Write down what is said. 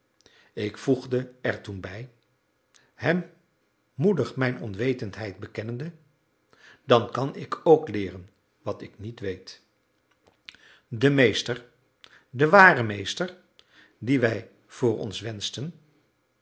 ik voegde er toen bij hem moedig mijn onwetendheid bekennende dan kan ik ook leeren wat ik niet weet de meester de ware meester dien wij voor ons wenschten